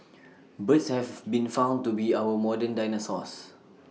birds have been found to be our modern dinosaurs